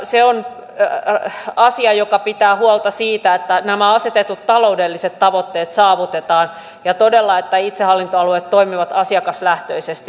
se on asia joka pitää huolta siitä että nämä asetetut taloudelliset tavoitteet saavutetaan ja että itsehallintoalueet todella toimivat asiakaslähtöisesti